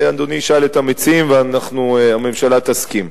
אדוני ישאל את המציעים, והממשלה תסכים.